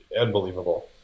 unbelievable